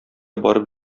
барып